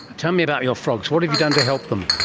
tell me about your frogs. what have you done to help them?